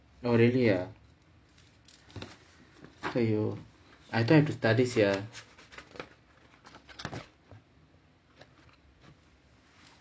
oh really ah !aiyo! I thought I have to study sia